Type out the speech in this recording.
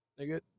nigga